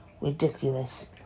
ridiculous